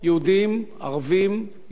יהודים ונוצרים ומוסלמים,